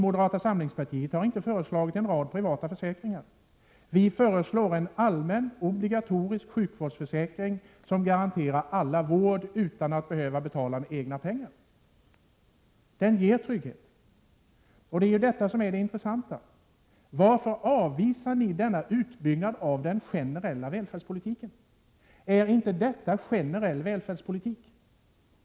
Moderata samlingspartiet har inte föreslagit en rad privata försäkringar. Vi föreslår en allmän obligatorisk sjukvårdsförsäkring, som garanterar alla vård utan att de behöver betala med egna pengar och som ger trygghet. Det är detta som är det intressanta: Varför avvisar ni denna utbyggnad av den generella välfärdspolitiken? Är inte detta generell välfärdspolitik?